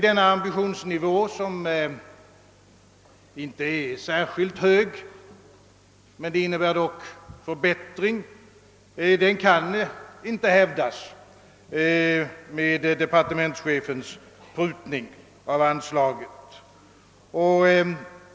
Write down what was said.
Denna ambitionsnivå, som inte är särskilt hög men som dock innebär en förbättring, kan inte hävdas med departementschefens prutning av anslaget.